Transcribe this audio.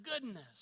goodness